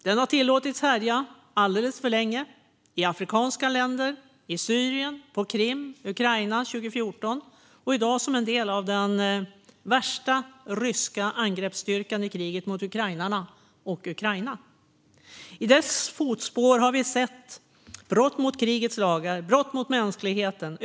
Den har tillåtits härja alldeles för länge i afrikanska länder, i Syrien, på Krim och i Ukraina 2014 och i dag som en del av den värsta ryska angreppsstyrkan i kriget mot ukrainarna och Ukraina. I dess fotspår har vi sett brott mot krigets lagar och brott mot mänskligheten.